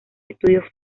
estudios